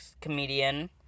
comedian